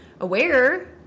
aware